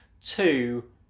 two